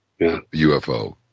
UFO